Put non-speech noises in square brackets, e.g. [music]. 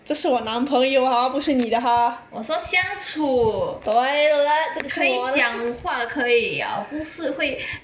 这是我男朋友 hor 不是你的 hor 对了这个是我的 [laughs]